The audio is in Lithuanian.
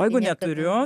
o jeigu neturiu